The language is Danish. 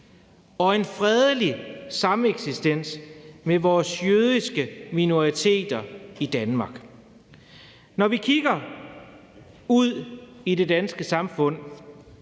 og en fredelig sameksistens med vores jødiske minoriteter i Danmark. Når vi kigger ud i det danske samfund,